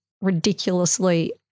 ridiculously